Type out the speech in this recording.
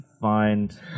find